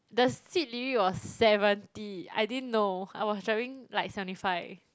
the speed limit was seventy I didn't know I was driving like seventy five